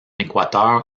équateur